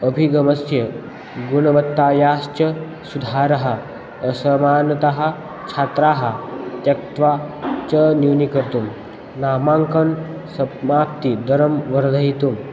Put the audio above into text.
अभिगमस्य गुणवत्तायाश्च सुधारणम् असमानतः छात्राः त्यक्त्वा च न्यूनीकर्तुं नामाङ्कनं सप्माक्तिदरं वर्धयितुं